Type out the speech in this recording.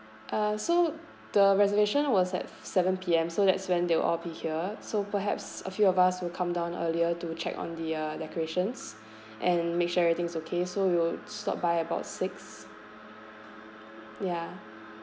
uh so the reservation was at seven P_M so that's when they will all be here so perhaps a few of us will come down earlier to check on the uh decorations and make sure everything's okay so we'll stop by about six ya